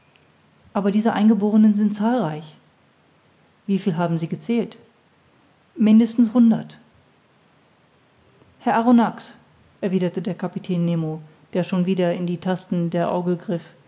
aber diese eingeborenen sind zahlreich wie viel haben sie gezählt mindestens hundert herr arronax erwiderte der kapitän nemo der schon wieder in die tasten der orgel griff